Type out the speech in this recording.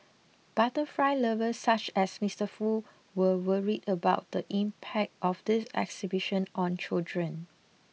butterfly lovers such as Mister Foo were worried about the impact of this exhibition on children